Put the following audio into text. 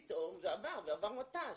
וזה עבר מת"ש,